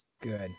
Good